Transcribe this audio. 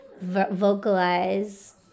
vocalize